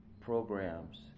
programs